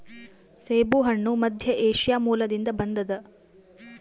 ಸೇಬುಹಣ್ಣು ಮಧ್ಯಏಷ್ಯಾ ಮೂಲದಿಂದ ಬಂದದ